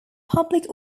public